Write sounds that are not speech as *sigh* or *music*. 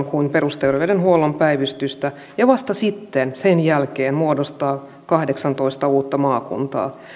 *unintelligible* kuin perustervey denhuollon päivystystä ja vasta sitten sen jälkeen muodostaa kahdeksantoista uutta maakuntaa